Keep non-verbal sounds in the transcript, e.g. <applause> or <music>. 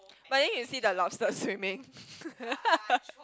but then you see the lobsters swimming <laughs>